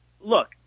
Look